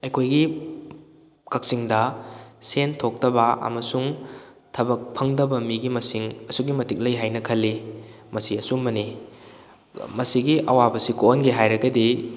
ꯑꯩꯈꯣꯏꯒꯤ ꯀꯛꯆꯤꯡꯗ ꯁꯦꯟ ꯊꯣꯛꯇꯕ ꯑꯃꯁꯨꯡ ꯊꯕꯛ ꯐꯪꯗꯕ ꯃꯤꯒꯤ ꯃꯁꯤꯡ ꯑꯁꯨꯛꯀꯤ ꯃꯇꯤꯛ ꯂꯩ ꯍꯥꯏꯅ ꯈꯜꯂꯤ ꯃꯁꯤ ꯑꯆꯨꯝꯕꯅꯤ ꯃꯁꯤꯒꯤ ꯑꯋꯥꯕꯁꯤ ꯀꯣꯛꯍꯟꯒꯦ ꯍꯥꯏꯔꯒꯗꯤ